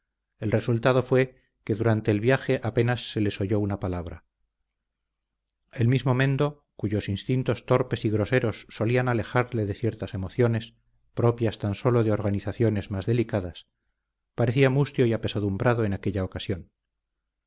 el resultado fue que durante el viaje apenas se les oyó una palabra el mismo mendo cuyos instintos torpes y groseros solían alejarle de ciertas emociones propias tan sólo de organizaciones más delicadas parecía mustio y apesadumbrado en aquella ocasión